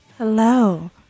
Hello